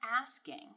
asking